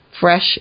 fresh